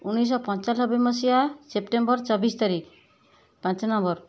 ଉଣେଇଶିଶହ ପଞ୍ଚାଲବେ ମସିହା ସେପ୍ଟେମ୍ବର ଚବିଶି ତାରିଖ ପାଞ୍ଚ ନମ୍ବର